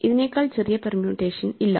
ഇതിനേക്കാൾ ചെറിയ പെർമ്യൂട്ടേഷൻ ഇല്ല